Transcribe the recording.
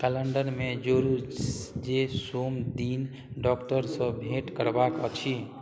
कैलेण्डरमे जोड़ू जे सोम दिन डॉक्टरसँ भेँट करबाक अछि